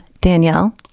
Danielle